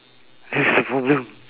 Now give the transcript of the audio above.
that's the problem